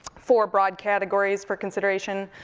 four broad categories for consideration,